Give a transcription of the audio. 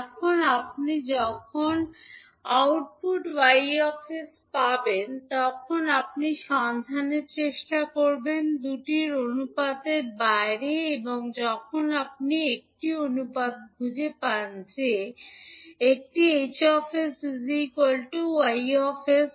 এখন আপনি যখন আউটপুট 𝑌 𝑠 পাবেন তখন আপনি সন্ধানের চেষ্টা করবেন দুটির অনুপাতের বাইরে এবং যখন আপনি একটি অনুপাতটি খুঁজে পান যে একটি 𝐻 𝑠 Y 𝑠X